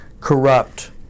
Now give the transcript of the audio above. corrupt